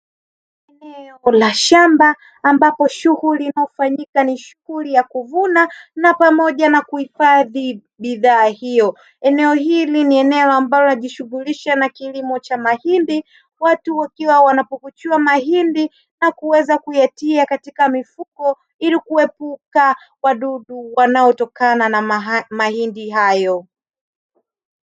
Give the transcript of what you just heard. Eneo la shamba ambapo shughuli inayofanyika ni shughuli ya kuvuna na pamoja na kuhifadhi bidhaa hiyo, eneo hili ni eneo ambalo linajishughulisha na kilimo cha mahindi watu wakiwa wanapokuchua mahindi na kuweza kuyatia katika mifuko ili kuepuka wadudu wanaotokana na mahindi hayo.